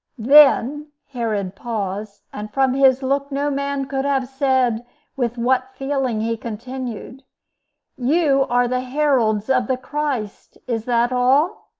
then herod paused, and from his look no man could have said with what feeling he continued you are the heralds of the christ. is that all?